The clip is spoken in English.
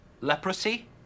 Leprosy